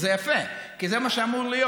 וזה יפה כי זה מה שאמור להיות.